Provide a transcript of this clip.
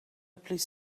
please